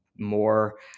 more